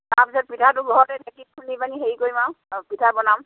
তাৰপিছত পিঠাটো ঘৰতে ঢেঁকীত খুন্দিপেনি হেৰি কৰিম আৰু পিঠা বনাম